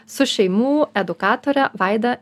su šeimų edukatore vaida